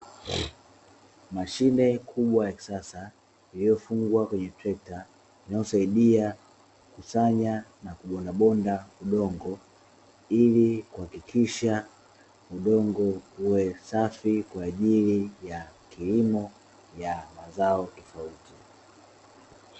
Mashine kubwa ya kisasa iliyofungwa kwenye trekta inayosaidia kukusanya na kubondabonda udongo ili kuakikisha udongo uwe safi kwa ajili ya kilimo cha mazao tofauti.